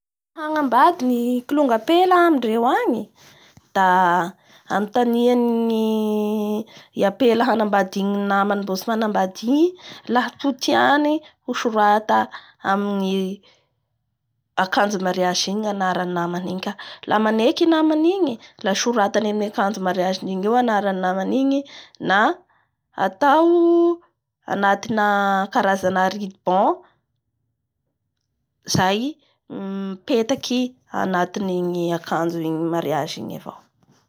Lafa ahanambady ny kilongapela amindfreo agny da anotanin'ny ampela hanambdin'ny namanay mbo tsy nanambady igny aha ho tiany hosorata amin'ny akanjo mariage igny ny anaran'ny namany igny ka la manenky i namany igny la doratany amin'ny ankanjo mariage iny eo ny anaran'ny namany igny na atao anatina karaza ribon.